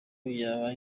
yaba